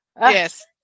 Yes